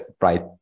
right